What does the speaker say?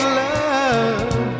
love